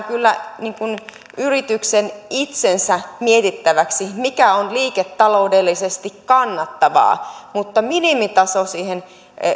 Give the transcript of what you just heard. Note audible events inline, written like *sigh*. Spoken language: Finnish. *unintelligible* kyllä yrityksen itsensä mietittäväksi mikä on liiketaloudellisesti kannattavaa mutta minimitaso siihen